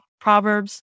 Proverbs